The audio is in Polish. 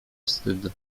wstydu